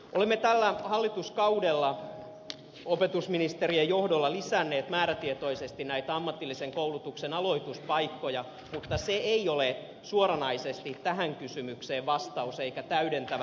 olemme tällä hallituskaudella opetusministerin johdolla lisänneet määrätietoisesti ammatillisen koulutuksen aloituspaikkoja mutta se ei ole suoranaisesti tähän kysymykseen vastaus eikä täydentävä vastaus